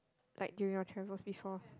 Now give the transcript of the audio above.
like during your travels before